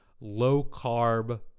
low-carb